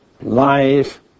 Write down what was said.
life